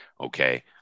okay